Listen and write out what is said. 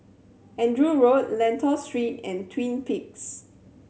Andrew Road Lentor Street and Twin Peaks